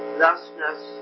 thusness